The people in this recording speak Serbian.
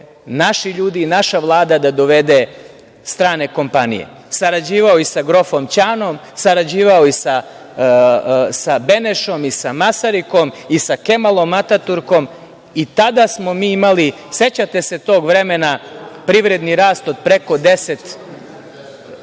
naši ljudi i naša vlada da dovede strane kompanije, sarađivao i sa grofom Ćanom, sarađivao sa Benešom, sa Masarikom, sa Kemalom Ataturkom. I tada smo mi imali, sećate se tog vremena, privredni rast od preko 10…Ne